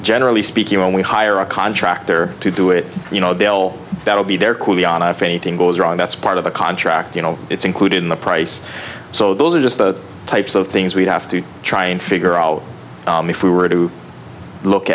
generally speaking when we hire a contractor to do it you know they'll be there quickly on out for anything goes wrong that's part of the contract you know it's included in the price so those are just the types of things we'd have to try and figure out if we were to look